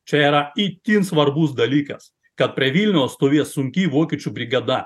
čia yra itin svarbus dalykas kad prie vilniaus stovėjo sunki vokiečių brigada